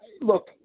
Look